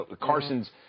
Carson's